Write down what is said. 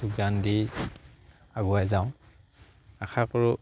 যোগদান দি আগুৱাই যাওঁ আশা কৰোঁ